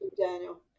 Daniel